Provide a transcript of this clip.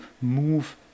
move